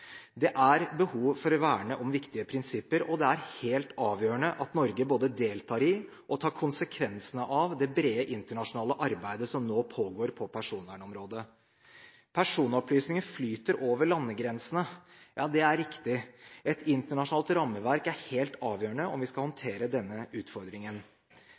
Det er behov for å verne om viktige prinsipper, og det er helt avgjørende at Norge både deltar i og tar konsekvensene av det brede internasjonale arbeidet som nå pågår på personvernområdet. «Personopplysninger flyter over landegrensene.» Ja, det er riktig. Et internasjonalt rammeverk er helt avgjørende om vi skal håndtere denne utfordringen.